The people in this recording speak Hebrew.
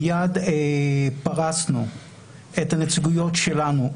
מייד פרסנו את הנציגויות שלנו,